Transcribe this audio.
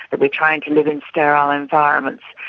that we're trying to live in sterile environments,